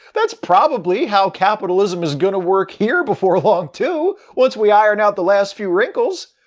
that's probably how capitalism is gonna work here before long, too, once we iron out the last few wrinkles.